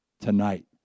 tonight